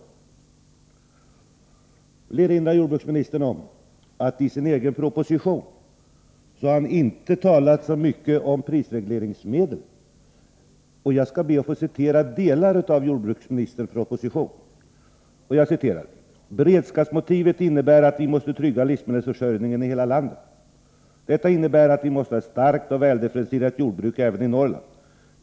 Jag vill erinra jordbruksministern om att han i sin egen proposition inte har talat så mycket om prisregleringsmedlen. Jag skall be att få citera delar av jordbruksministerns proposition: ”Beredskapsmotivet innebär att vi måste trygga livsmedelsförsörjningen i hela landet. Detta innebär att vi måste ha ett starkt och väldifferentierat jordbruk även i Norrland.